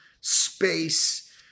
space